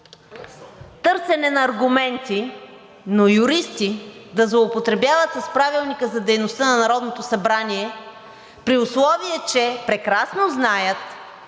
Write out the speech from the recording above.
търсене на аргументи, но юристи да злоупотребяват с Правилника за организацията и дейността на Народното събрание, при условие че прекрасно знаят